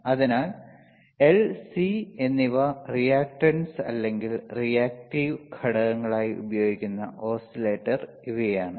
അതിനാൽ L C എന്നിവ reactance അല്ലെങ്കിൽ റിയാക്ടീവ് ഘടകങ്ങളായി ഉപയോഗിക്കുന്ന ഓസിലേറ്റർ ഇവയാണ്